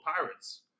pirates